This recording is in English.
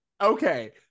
Okay